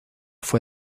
fue